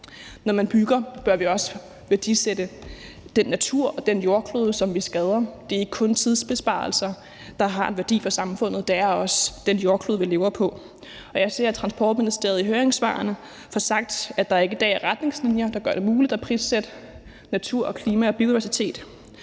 Når man bygger, bør man også værdisætte den natur og den jordklode, som vi skader. Det er ikke kun tidsbesparelser, der har en værdi for samfundet. Det er også den jordklode, vi lever på, og jeg ser, at Transportministeriet i høringssvarene får sagt, at der ikke i dag er retningslinjer, der gør det muligt at prissætte natur, klima og biodiversitet.